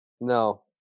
no